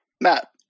Matt